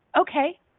Okay